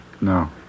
No